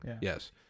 Yes